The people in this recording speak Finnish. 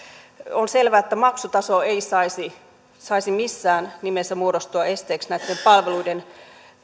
on selvä että maksutaso ei saisi saisi missään nimessä muodostua esteeksi näiden palveluiden